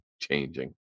changing